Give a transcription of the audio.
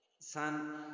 Son